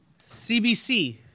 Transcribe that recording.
CBC